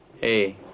Hey